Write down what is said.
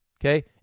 Okay